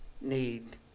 need